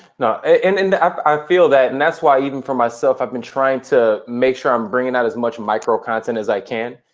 nah, and and um i feel that, and that's why even for myself, i've been trying to make sure i'm bringing out as much micro content as i can.